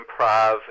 improv